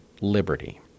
liberty